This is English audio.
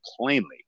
plainly